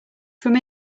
from